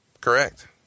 Correct